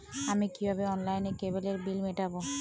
আমি কিভাবে অনলাইনে কেবলের বিল মেটাবো?